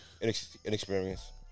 inexperienced